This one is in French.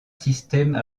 système